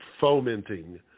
fomenting